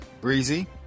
breezy